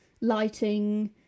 lighting